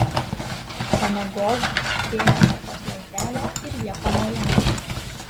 ponia gold stvėrė morkos lazdelę ir ja pamojavo